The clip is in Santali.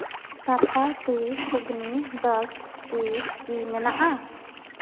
Tata tea Agni dust tea ᱠᱤ ᱢᱮᱱᱟᱜᱼᱟ